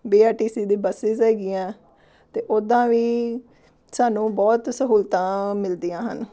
ਬੇ R T C ਦੀ buses ਹੈਗੀਆਂ ਅਤੇ ਓਦਾਂ ਵੀ ਸਾਨੂੰ ਬਹੁਤ ਸਹੂਲਤਾਂ ਮਿਲਦੀਆਂ ਹਨ